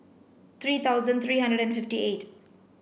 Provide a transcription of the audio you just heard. three thousand three hundred and fifty eight